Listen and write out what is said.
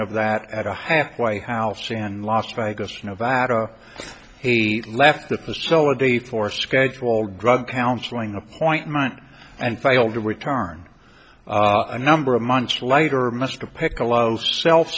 of that at a halfway house in las vegas nevada he left the facility for scheduled drug counseling appointment and failed to return a number of months later mr piccolo self